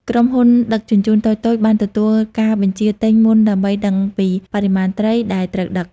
ក្រុមហ៊ុនដឹកជញ្ជូនតូចៗបានទទួលការបញ្ជាទិញមុនដើម្បីដឹងពី បរិមាណត្រី ដែលត្រូវដឹក។